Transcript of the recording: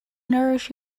nourish